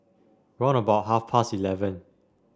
round about half past eleven